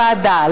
זה לוועדה.